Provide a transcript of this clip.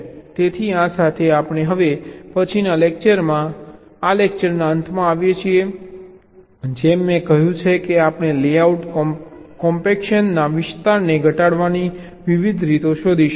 તેથી આ સાથે આપણે હવે પછીના લેક્ચરમાં આ લેક્ચરના અંતમાં આવીએ છીએ જેમ મેં કહ્યું છે કે આપણે લેઆઉટ કોમ્પેક્શનના વિસ્તારને ઘટાડવાની વિવિધ રીતો શોધીશું